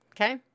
Okay